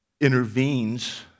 intervenes